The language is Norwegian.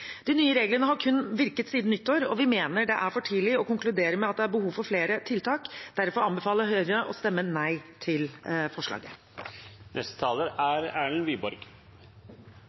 De nye reglene har kun virket siden nyttår, og vi mener det er for tidlig å konkludere med at det er behov for flere tiltak. Derfor anbefaler Høyre å stemme nei til forslaget.